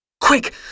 Quick